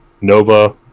nova